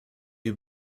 you